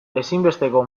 ezinbesteko